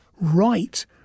right